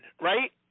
right